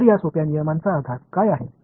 எனவே இந்த எளிய விதிகளின் அடிப்படை என்ன